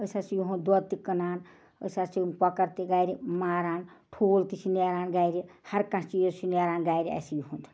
أسۍ حظ چھِ یِہُنٛد دۄد تہِ کٕنان أسۍ حظ چھِ کۄکَر تہِ گَرِ ماران ٹھوٗل تہِ چھِ نیران گَرِ ہر کانٛہہ چیٖز چھِ نیران گَرِ اَسہِ یِہُنٛد